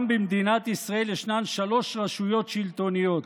גם במדינת ישראל ישנן שלוש רשויות שלטוניות: